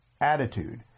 attitude